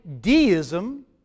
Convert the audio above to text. deism